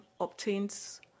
obtains